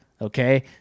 Okay